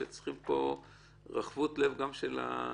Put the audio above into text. שצריכים פה רחבות לב גם של הממשלה.